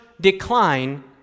decline